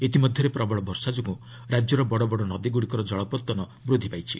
ଇତିମଧ୍ୟରେ ପ୍ରବଳ ବର୍ଷା ଯୋଗୁଁ ରାଜ୍ୟର ବଡ଼ ବଡ଼ ନଦୀଗୁଡ଼ିକର ଜଳପତନ ବୃଦ୍ଧି ପାଇଛି